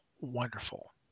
wonderful